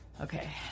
Okay